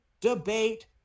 debate